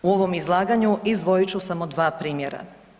U ovom izlaganju izdvojit ću samo dva primjera.